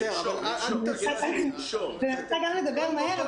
אני רוצה גם לדבר מהר כדי להספיק,